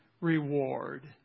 reward